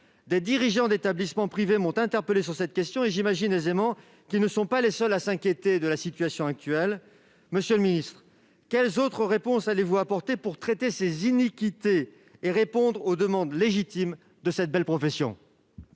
Des dirigeants d'établissement privé m'ont interpellé à ce sujet, et j'imagine aisément qu'ils ne sont pas les seuls à s'inquiéter de la situation. Monsieur le ministre, quelles autres réponses allez-vous apporter pour traiter ces iniquités et répondre aux demandes légitimes de cette belle profession ?